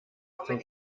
heizung